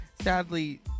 Sadly